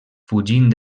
fugint